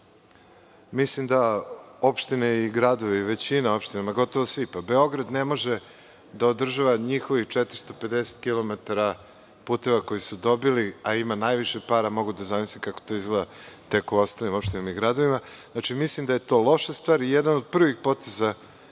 godine. Opštine i gradovi, većina opština, ma gotovo sve, Beograd ne može da održava njihovih 450 km puteva koje su dobili, a ima najviše para. Mogu da zamislim kako to tek izgleda u ostalim opštinama i gradovima. Mislim da je to loša stvar. Jedan od prvih poteza